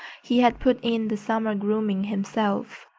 he had put in the summer grooming himself,